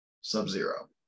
Sub-Zero